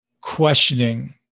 questioning